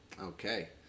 Okay